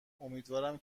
امیدوارم